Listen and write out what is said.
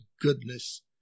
goodness